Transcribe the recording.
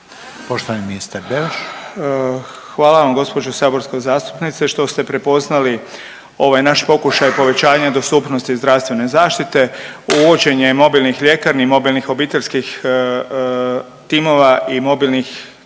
**Beroš, Vili (HDZ)** Hvala vam gospođo saborska zastupnice što ste prepoznali ovaj naš pokušaj povećanja dostupnosti zdravstvene zaštite uvođenjem mobilnih ljekarni, mobilnih obiteljskih timova i mobilnih